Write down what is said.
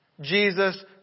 Jesus